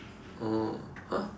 oh !huh!